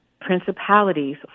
principalities